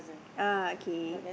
oh okay